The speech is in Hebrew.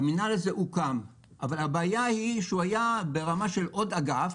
המנהל הזה הוקם אבל הבעיה שהוא היה ברמה של עוד אגף,